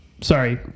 Sorry